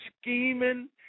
scheming